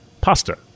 pasta